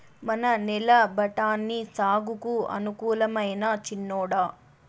మన నేల బఠాని సాగుకు అనుకూలమైనా చిన్నోడా